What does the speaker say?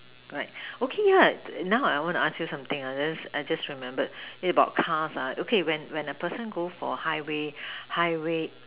right okay ah now I would ask you something I I just remember is about car lah okay when the person go for the high way high way